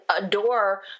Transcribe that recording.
adore